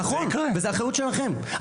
נכון וזאת אחריות שלכם.